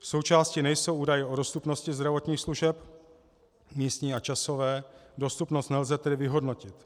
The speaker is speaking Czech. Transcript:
Součástí nejsou údaje o dostupnosti zdravotních služeb, místní a časové, dostupnost nelze tedy vyhodnotit.